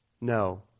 No